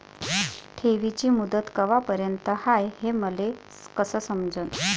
ठेवीची मुदत कवापर्यंत हाय हे मले कस समजन?